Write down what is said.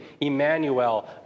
Emmanuel